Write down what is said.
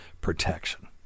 protection